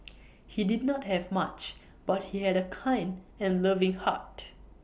he did not have much but he had A kind and loving heart